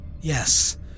Yes